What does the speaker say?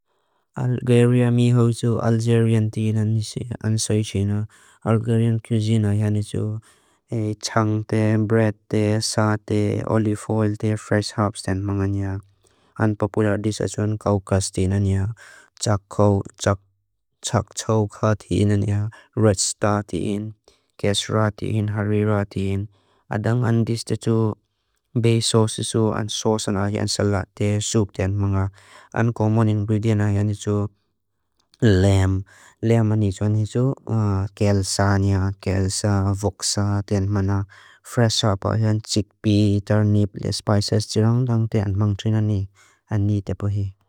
Algeria mi xuxu. Algerian din. Algerian cuisine. Chang te, bread te, sate, olive oil te, fresh herbs. Unpopular dishes. Kaukas te. Chakchouka te. Red star te. Kesra te. Harira te. Uncommon ingredients. Lamb. Kelsanya. Kelsa. Voksa. Fresh herbs. Chickpeas. Spices.